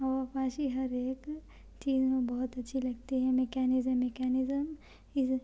آبپاشی ہر ایک چیز میں بہت اچھی لگتی ہیں مکینزم مکینزم